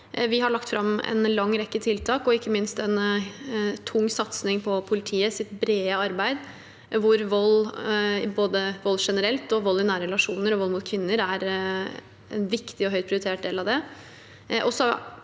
Vi har lagt fram en lang rekke tiltak og ikke minst en tung satsing på politiets brede arbeid, og vold – både vold generelt, vold i nære relasjoner og vold mot kvinner – er en viktig og høyt prioritert del av det.